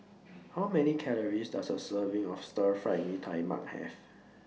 How Many Calories Does A Serving of Stir Fried Mee Tai Mak Have